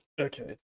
Okay